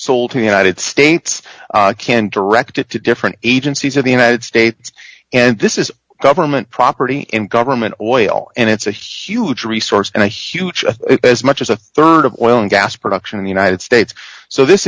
to united states can direct it to different agencies of the united states and this is government property in government oil and it's a huge resource and a huge as much as a rd of oil and gas production in the united states so this